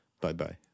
Bye-bye